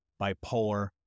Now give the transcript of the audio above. bipolar